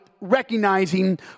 recognizing